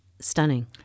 stunning